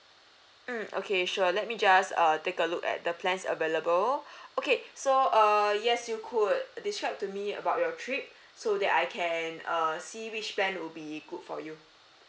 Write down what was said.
mm okay sure let me just uh take a look at the plans available okay so uh yes you could describe to me about your trip so that I can err see which plan would be good for you